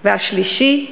השלישית,